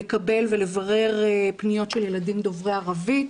לקבל ולברר פניות של ילדים דוברי ערבית.